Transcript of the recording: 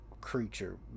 creature